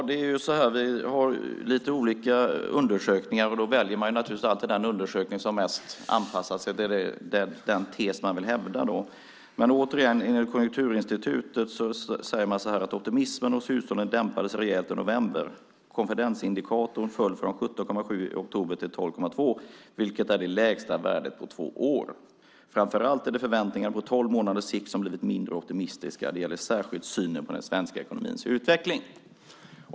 Herr talman! Vi har lite olika undersökningar. Då väljer man naturligtvis alltid den undersökning som passar bäst till den tes man vill hävda. Men, återigen, Konjunkturinstitutet säger: Optimismen hos hushållen dämpades rejält i november. Konfidensindikatorn föll från 17,7 i oktober till 12,2, vilket är det lägsta värdet på två år. Framför allt är det förväntningar på tolv månaders sikt som har blivit mindre optimistiska. Det gäller särskilt synen på den svenska ekonomins utveckling.